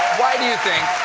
why do you think